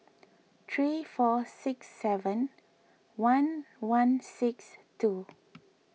three four six seven one one six two